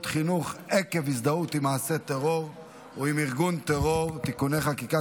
חינוך עקב הזדהות עם מעשה טרור או עם ארגון טרור (תיקוני חקיקה),